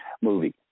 movie